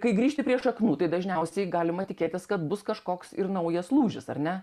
kai grįžtu prie šaknų tai dažniausiai galima tikėtis kad bus kažkoks naujas lūžis ar ne